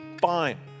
fine